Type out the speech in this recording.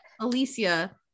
alicia